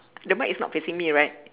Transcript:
the mic is not facing me right